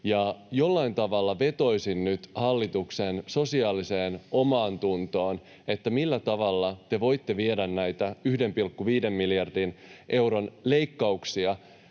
jollain tavalla vetoaisin nyt hallituksen sosiaaliseen omaantuntoon, että millä tavalla te voitte viedä läpi näitä 1,5 miljardin euron leikkauksia,